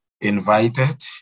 invited